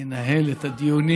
ינהל את הדיונים